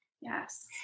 Yes